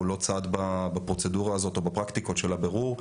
הוא לא צד בפרוצדורה הזאת או בפרקטיקות של הבירור,